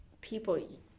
people